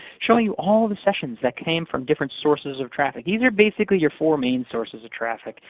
showing you all the sessions that came from different sources of traffic. these are basically your four main sources of traffic.